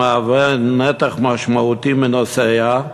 המהווה נתח משמעותי מנוסעיה,